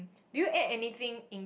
did you add anything in